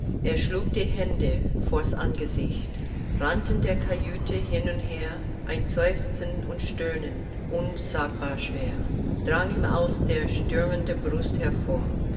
er schlug die hände vors angesicht rannt in der kajüte hin und her ein seufzen und stöhnen unsagbar schwer drang ihm aus der stürmenden brust hervor